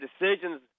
decisions